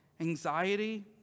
anxiety